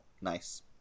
Nice